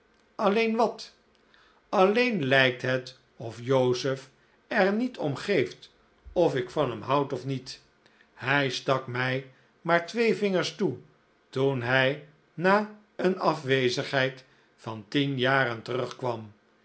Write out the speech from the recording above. alleen wat alleen lijkt het of joseph er niet om geeft of ik van hem houd of niet hij stak mij maar twee vingers toe toen hij na een afwezigheid van tien jaren terugkwam